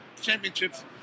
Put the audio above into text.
championships